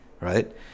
right